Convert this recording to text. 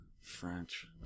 French